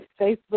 Facebook